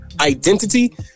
identity